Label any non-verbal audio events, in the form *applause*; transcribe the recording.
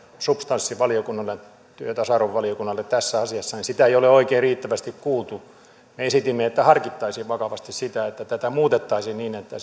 substanssivaliokunnalle työ ja tasa arvovaliokunnalle tässä asiassa ei ole oikein riittävästi kuultu me esitimme että harkittaisiin vakavasti sitä että tätä muutettaisiin niin että *unintelligible*